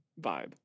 vibe